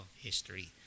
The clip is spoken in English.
history